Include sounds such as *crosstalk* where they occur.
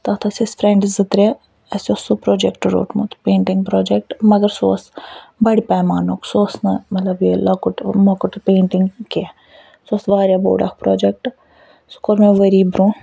تتھ ٲسۍ أسۍ فرٮ۪نٛڈٕ زٕ ترٛےٚ اَسہِ اوس سُہ پرٛوجکٹ روٚٹمُت پیٚنٹِنٛگ پرٛوجکٹ مگر سُہ اوس بَڑِ پیمانُک سُہ اوس نہٕ ملب یہ لۄکُٹ مۄکُٹ پیٚنٹِنٛگ کیٚنٛہہ سُہ اوس وارِیاہ بوٚڑ اکھ پرٛوجکٹ سُہ *unintelligible* ؤری برٛونٛہہ